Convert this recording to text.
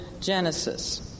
Genesis